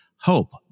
hope